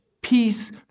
peace